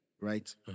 Right